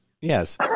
yes